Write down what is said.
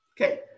Okay